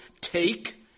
Take